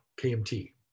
kmt